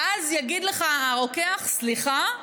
ואז יגיד לך הרוקח: סליחה,